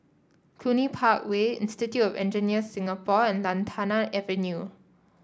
Cluny Park Way Institute Engineers Singapore and Lantana Avenue